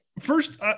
First